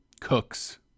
cooks